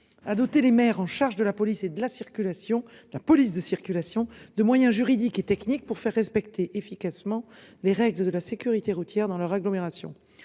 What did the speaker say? et de la circulation, la police de circulation, de moyens juridiques et techniques pour faire respecter efficacement les règles de la sécurité routière dans leur agglomération